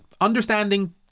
understanding